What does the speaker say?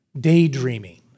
Daydreaming